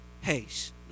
haste